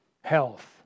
health